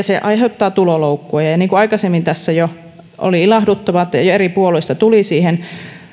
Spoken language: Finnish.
se aiheuttaa tuloloukkuja niin kuin aikaisemmin tässä jo oli ilahduttavaa eri puolueista tuli siihen